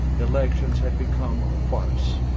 elections had become a farce,